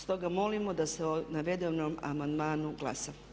Stoga molimo da se o navedenom amandmanu glasa.